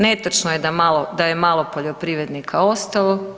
Netočno je da je malo poljoprivrednika ostalo.